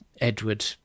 Edward